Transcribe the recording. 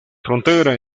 frontera